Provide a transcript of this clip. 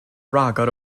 rhagor